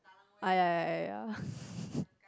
ah ya ya ya ya